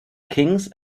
kings